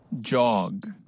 Jog